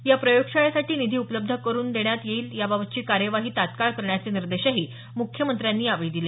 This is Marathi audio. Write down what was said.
या प्रयोगशाळेसाठी निधी उपलब्ध करून देण्यात येईल याबाबतची कार्यवाही तत्काळ करण्याचे निर्देश मुख्यमंत्र्यांनी दिले